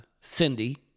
Cindy